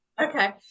Okay